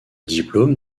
diplôme